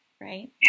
Right